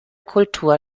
kultur